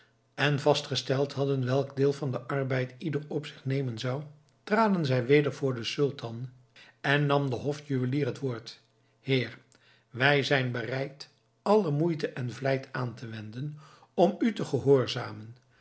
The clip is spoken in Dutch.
en vastgesteld hadden welk deel van den arbeid ieder op zich nemen zou traden zij weder voor den sultan en nam de hofjuwelier het woord heer wij zijn bereid alle moeite en vlijt aan te wenden om u te gehoorzamen